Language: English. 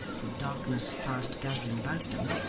with the darkness fast gathering about them,